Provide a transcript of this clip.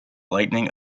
lightning